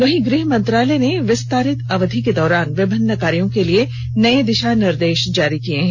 वहीं गृह मंत्रालय ने विस्तारित अवधि के दौरान विभिन्न कार्यो के लिए नए दिशा निर्देश जारी किए हैं